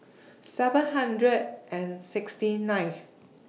seven hundred and sixty ninth